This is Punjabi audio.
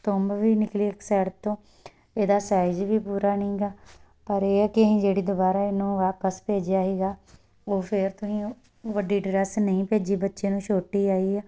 ਤੁੰਬ ਵੀ ਨਿਕਲੀ ਇੱਕ ਸਾਈਡ ਤੋਂ ਇਹਦਾ ਸਾਈਜ਼ ਵੀ ਪੂਰਾ ਨਹੀਂ ਹੈਗਾ ਪਰ ਇਹ ਹੈ ਕਿ ਅਸੀਂ ਜਿਹੜੀ ਦੁਬਾਰਾ ਇਹਨੂੰ ਵਾਪਸ ਭੇਜਿਆ ਸੀਗਾ ਉਹ ਫੇਰ ਤੁਸੀਂ ਵੱਡੀ ਡਰੈੱਸ ਨਹੀਂ ਭੇਜੀ ਬੱਚਿਆਂ ਨੂੰ ਛੋਟੀ ਆਈ ਆ